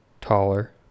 taller